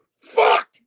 Fuck